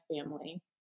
family